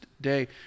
day